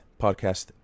podcast